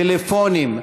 פלאפונים,